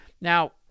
Now